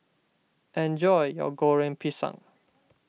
enjoy your Goreng Pisang